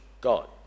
God